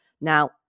Now